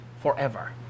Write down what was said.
forever